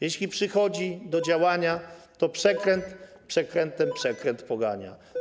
Jeśli przychodzi do działania, to przekręt przekrętem przekręt pogania.